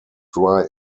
dry